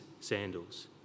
sandals